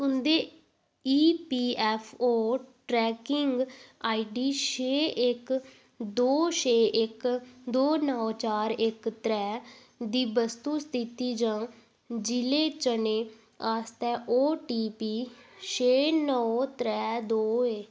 तुं'दे EPFO tracking ID छे इक दो छे इक दो नौ चार इक त्रै दी वस्तु स्थिति जां जि'ले चने आस्तै ओटीपी छे नौ त्रैऽ दो ऐ